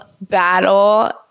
battle